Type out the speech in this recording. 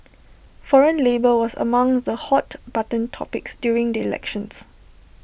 foreign labour was among the hot button topics during the elections